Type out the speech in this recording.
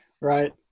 Right